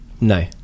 No